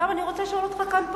עכשיו אני רוצה לשאול אותך כאן,